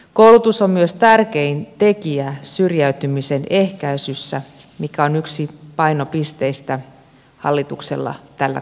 koulutus on myös tärkein tekijä syrjäytymisen ehkäisyssä mikä on yksi painopisteistä hallituksella tällä kaudella